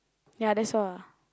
ya that's all ah